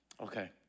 Okay